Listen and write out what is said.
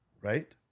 right